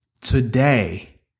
Today